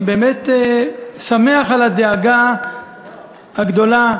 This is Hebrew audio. אני באמת שמח על הדאגה הגדולה,